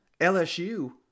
LSU